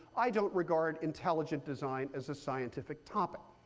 i don't regard intelligent design as a scientific topic.